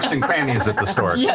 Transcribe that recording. and crannies at the stork, yeah